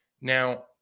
Now